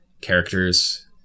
Characters